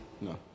No